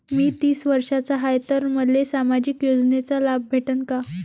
मी तीस वर्षाचा हाय तर मले सामाजिक योजनेचा लाभ भेटन का?